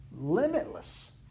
limitless